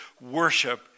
worship